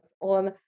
on